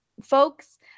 folks